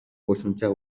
кошумча